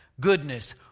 goodness